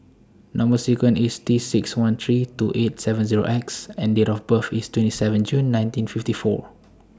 Number sequence IS T six one three two eight seven Zero X and Date of birth IS twenty seven June nineteen fifty four